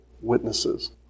witnesses